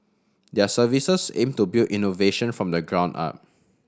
their services aim to build innovation from the ground up